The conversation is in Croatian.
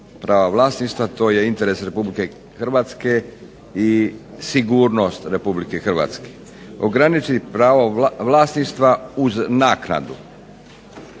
prava vlasništva to je interes Republike Hrvatske i sigurnost Republike Hrvatske. Ograničiti pravo vlasništva uz naknadu.